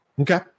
okay